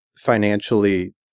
financially